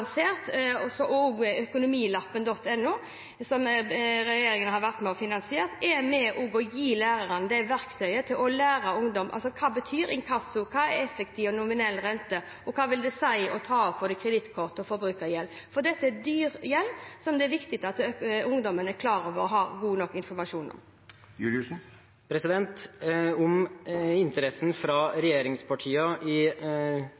og finansiert, er med på å gi lærerne verktøy for å lære ungdom hva inkasso betyr, hva effektiv og nominell rente er, og hva det vil si å ta opp kredittkort- og forbruksgjeld. Dette er dyr gjeld som det er viktig at ungdommen er klar over og har god nok informasjon om. Om interessen fra regjeringspartiene i